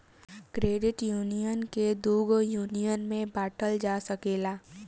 credit union के दुगो union में बॉटल जा सकेला